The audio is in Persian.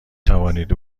توانید